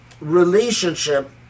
relationship